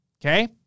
Okay